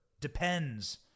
depends